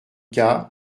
cas